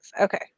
Okay